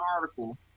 article